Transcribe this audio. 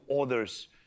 others